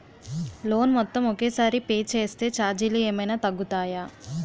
Loan మొత్తం ఒకే సారి పే చేస్తే ఛార్జీలు ఏమైనా తగ్గుతాయా?